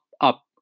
up